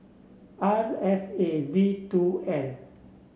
R F A V two L